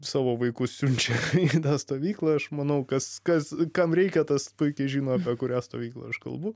savo vaikus siunčia į tą stovyklą aš manau kas kas kam reikia tas puikiai žino apie kurią stovyklą aš kalbu